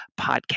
podcast